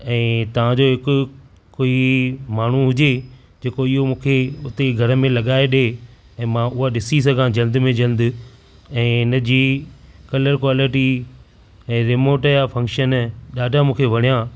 ऐं तव्हांजो हिकु कोई माण्हू हुजे जेको इहो मूंखे हुते घर में लॻाए ॾिए ऐं मां उहा ॾिसी सघां जल्द में जल्द ऐं हिन जी कलर क्वालिटी ऐं रिमोट या फंक्शन ॾाढा मूंखे वणियां